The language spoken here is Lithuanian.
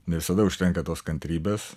ne visada užtenka tos kantrybės